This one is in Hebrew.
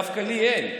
דווקא לי אין.